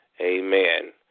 amen